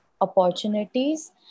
opportunities